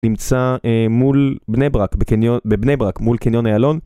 נמצא מול בני ברק בבני ברק מול קניון היעלון